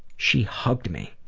she hugged me,